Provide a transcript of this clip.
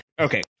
Okay